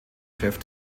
chef